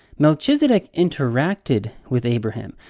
melchizedek interacted with abraham,